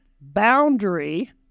boundary